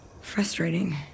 frustrating